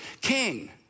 king